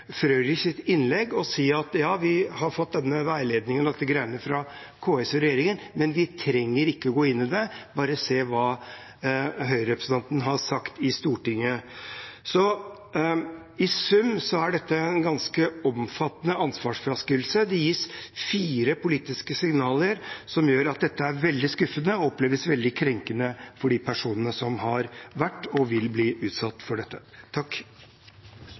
Vi har fått denne veiledningen fra KS og regjeringen, men vi trenger ikke å gå inn i det, bare se hva Høyre-representanten har sagt i Stortinget. I sum er dette en ganske omfattende ansvarsfraskrivelse. Det gis fire politiske signaler som gjør at dette er veldig skuffende og oppleves som veldig krenkende for de personene som har vært og vil bli utsatt for dette.